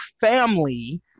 family